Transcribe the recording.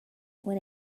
when